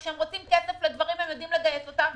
וכשהם רוצים כסף לדברים הם יודעים לגייס אותו.